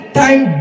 time